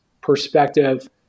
perspective